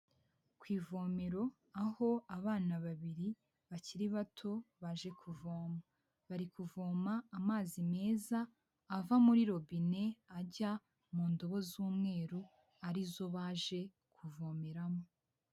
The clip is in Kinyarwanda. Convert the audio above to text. Ku ivomero aho abana babiri bakiri bato baje kuvoma. Bari kuvoma amazi meza ava muri robine ajya mu ndobo z'umweru ari zo baje kuvomeramo.